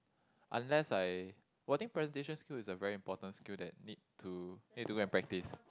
unless I !wah! I think presentation skill is a very important skill that need to need to go and practise